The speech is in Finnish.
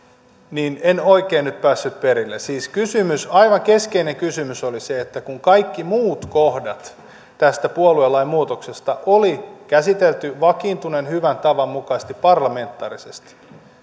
niin että en oikein nyt päässyt perille siis aivan keskeinen kysymys oli se kun kaikki muut kohdat tästä puoluelain muutoksesta oli käsitelty vakiintuneen hyvän tavan mukaisesti parlamentaarisesti